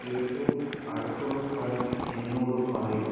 ഏറ്റവും അടുത്തുള്ള സ്ഥലം എന്നോട് പറയൂ